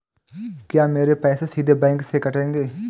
क्या मेरे पैसे सीधे बैंक से कटेंगे?